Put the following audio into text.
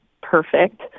perfect